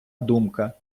думка